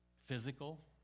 physical